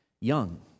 young